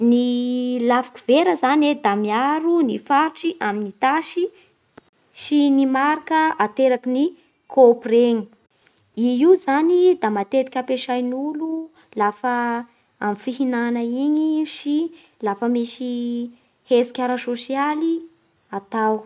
Ny lafiky ny vera zany da miaro ny faritry amin'ny tasy sy ny marika ateraky ny kopy regny. I io zany da matetika ampiesan'ny olo lafa amin'ny fihignagna igny sy lafa misy hetsiky ara-sosialy atao.